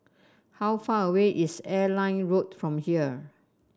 how far away is Airline Road from here